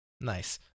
Nice